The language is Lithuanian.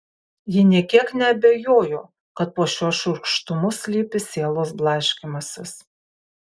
ji nė kiek neabejojo kad po šiuo šiurkštumu slypi sielos blaškymasis